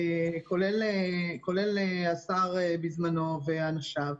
כולל השר דאז ואנשיו.